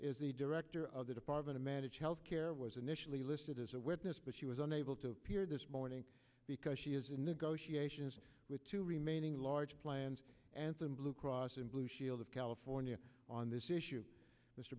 is the director of the department to manage health care was initially listed as a witness but she was unable to appear this morning because she is in negotiations with two remaining large anthem blue cross blue shield of california on this issue mr